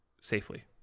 safely